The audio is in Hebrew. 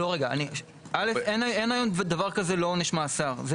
רגע, אין היום דבר כזה לא עונש מאסר.